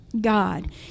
God